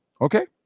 Okay